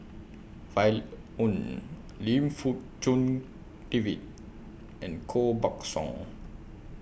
Oon Lim Fong Jock David and Koh Buck Song